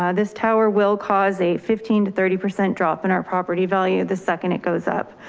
ah this tower will cause a fifteen to thirty percent drop in our property value. the second it goes up,